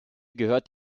gehört